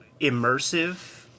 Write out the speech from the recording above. immersive